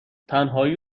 تنهایی